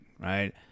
right